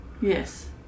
Yes